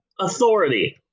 authority